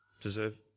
deserve